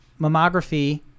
mammography